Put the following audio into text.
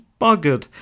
buggered